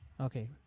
Okay